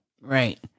Right